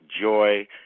Joy